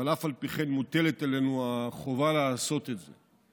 אבל אף על פי כן מוטלת עלינו החובה לעשות את זה.